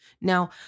Now